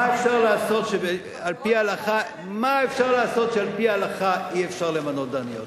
מה אפשר לעשות שעל-פי ההלכה אי-אפשר למנות דייניות,